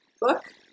book